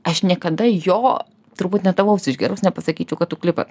aš niekada jo turbūt net alaus išgėrus nepasakyčiau kad tu klipata